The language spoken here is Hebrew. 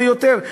ויותר,